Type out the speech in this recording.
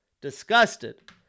disgusted